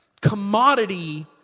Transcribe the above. commodity